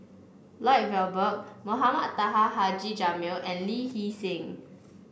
Lloyd Valberg Mohamed Taha Haji Jamil and Lee Hee Seng